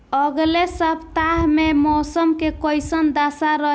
अलगे सपतआह में मौसम के कइसन दशा रही?